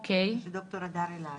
ד"ר הדר אלעד.